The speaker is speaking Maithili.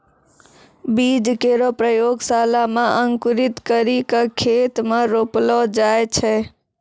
बीज केरो प्रयोगशाला म अंकुरित करि क खेत म रोपलो जाय छै